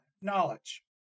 knowledge